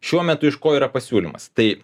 šiuo metu iš ko yra pasiūlymas tai